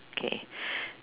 okay